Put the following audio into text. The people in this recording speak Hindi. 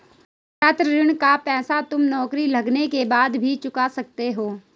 छात्र ऋण का पैसा तुम नौकरी लगने के बाद भी चुका सकते हो